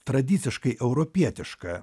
tradiciškai europietiška